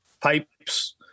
pipes